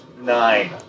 Nine